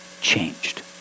changed